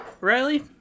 Riley